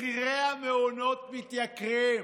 מחירי המעונות מתייקרים.